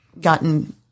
gotten